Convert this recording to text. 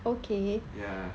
ya